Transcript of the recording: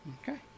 Okay